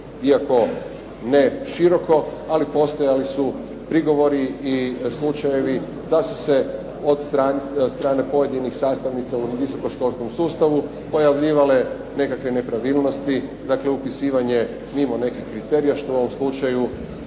iako ne široko, ali postojali su prigovori i slučajevi da su se od strane pojedinih sastavnica u visokoškolskom sustavu pojavljivale nekakve nepravilnosti, dakle upisivanje mimo nekih kriterija što u ovom slučaju